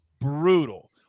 brutal